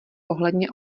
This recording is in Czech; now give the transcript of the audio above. ohledně